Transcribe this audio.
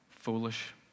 Foolish